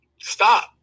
stop